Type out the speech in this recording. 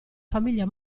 famiglia